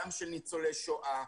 גם של ניצולי שואה,